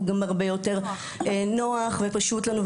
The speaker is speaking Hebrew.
הוא גם הרבה יותר נוח ופשוט לנו.